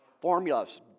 Formulas